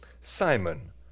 Simon